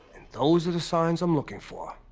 those are the signs i'm looking for.